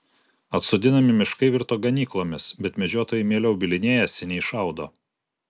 atsodinami miškai virto ganyklomis bet medžiotojai mieliau bylinėjasi nei šaudo